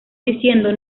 diciendo